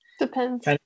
depends